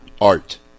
Art